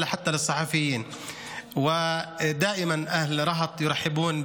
על התושבים, וגם לא על אנשי התקשורת.